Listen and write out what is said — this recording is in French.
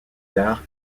tard